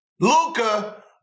Luca